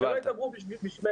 שלא ידברו בשמנו.